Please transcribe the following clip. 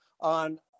on